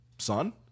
son